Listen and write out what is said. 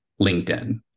LinkedIn